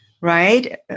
right